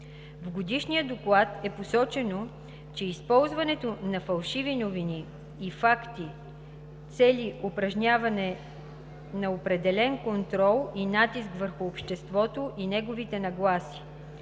В Годишния доклад е посочено, че използването на фалшиви новини и факти цели упражняване на определен контрол и натиск върху обществото и неговите нагласи.